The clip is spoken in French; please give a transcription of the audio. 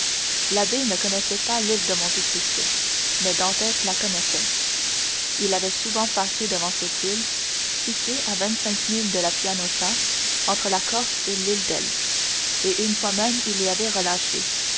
l'abbé ne connaissait pas l'île de monte cristo mais dantès la connaissait il avait souvent passé devant cette île située à vingt-cinq milles de la pianosa entre la corse et l'île d'elbe et une fois même il y avait relâché